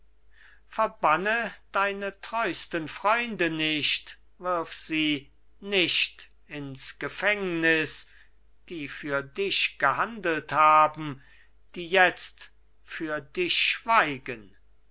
verbanne deine treusten freunde nicht wirf sie nicht ins gefängnis die für dich gehandelt haben die jetzt für dich schweigen